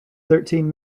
thirteen